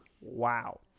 Wow